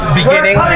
beginning